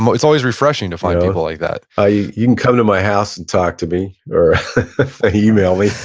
but it's always refreshing to find people like that ah you you can come to my house and talk to me or email me.